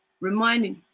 reminding